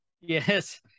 yes